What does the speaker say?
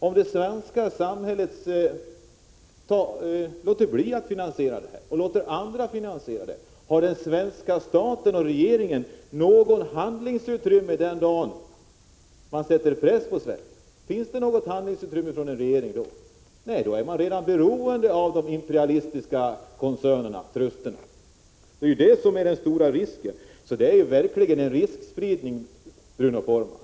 Om det svenska samhället låter bli att finansiera detta och låter andra finansiera det, har den svenska staten och regeringen då något handlingsutrymme den dagen man sätter press på Sverige? Nej, då är man redan beroende av de imperialistiska koncernerna och trusterna. Det är det som är den verkligt stora risken, Bruno Poromaa.